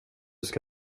ska